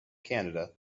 canada